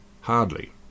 Hardly